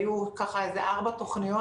היו ארבע תוכניות,